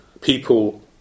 people